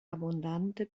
abbondante